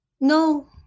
No